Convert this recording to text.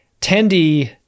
Tendi